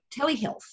telehealth